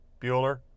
bueller